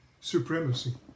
supremacy